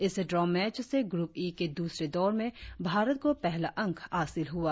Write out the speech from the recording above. इस draw match से group E के दूसरे दौर में भारत को पहला अंक हासिल हुआ